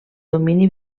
domini